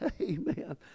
Amen